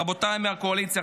רבותיי מהקואליציה,